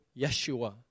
Yeshua